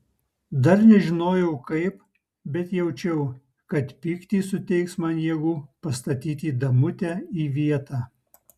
dar nežinojau kaip bet jaučiau kad pyktis suteiks man jėgų pastatyti damutę į vietą